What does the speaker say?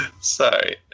Sorry